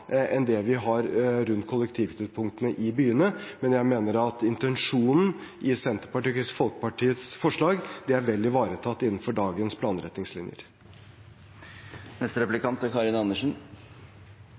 enn dem vi har rundt kollektivknutepunktene i byene. Men jeg mener at intensjonen i Senterpartiet og Kristelig Folkepartis forslag er vel ivaretatt innenfor dagens planretningslinjer.